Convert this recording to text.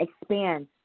expand